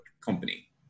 company